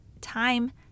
time